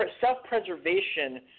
self-preservation